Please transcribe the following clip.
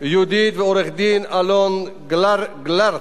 יהודית פסטרנק ועורך-הדין אלון גְלַרְט.